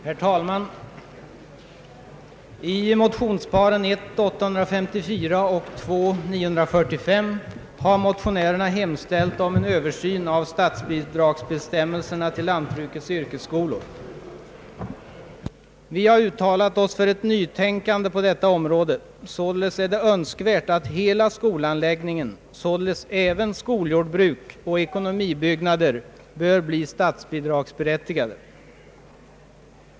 Herr talman! I motionsparet I: 854 och II: 945 har motionärerna hemställt om en översyn av statsbidragsbestämmelserna till lantbrukets yrkesskolor. Vi har uttalat oss för ett nytänkande på detta område. Således är det önskvärt att hela skolanläggningen, även skoljordbruk och ekonomibyggnader, blir statsbidragsberättigad.